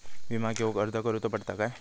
विमा घेउक अर्ज करुचो पडता काय?